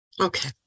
okay